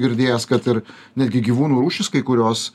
girdėjęs kad ir netgi gyvūnų rūšys kai kurios